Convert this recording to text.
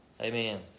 Amen